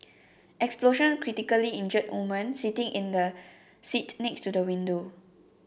explosion critically injured woman sitting in the seat next to the window